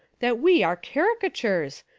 that we are carica tures,